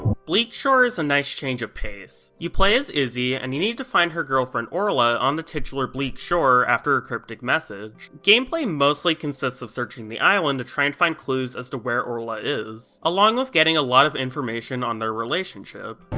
bleakshore is a nice change of pace. you play as izzy, and you need to find her girlfriend orla on the titular bleakshore after her cryptic message. gameplay mostly consists of searching the island to try and find clues as to where orla is, along with getting a lot of information on their relationship.